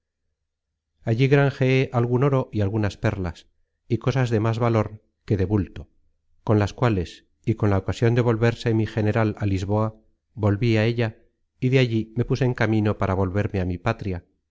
allí granjeé algun oro y algunas perlas y cosas más de valor que de bulto con las cuales y con la ocasion de volverse mi general á lisboa volví á ella y de allí me puse en camino para volverme á mi patria